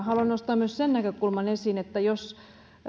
haluan nostaa myös sen näkökulman esiin että jos